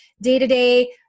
day-to-day